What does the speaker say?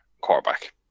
quarterback